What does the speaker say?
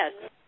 yes